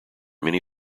many